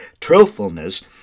Truthfulness